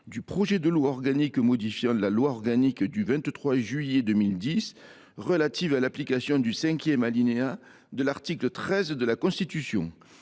du projet de loi organique modifiant la loi organique n° 2010 837 du 23 juillet 2010 relative à l’application du cinquième alinéa de l’article 13 de la Constitution,